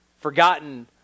forgotten